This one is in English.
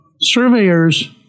Surveyors